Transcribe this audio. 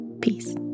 peace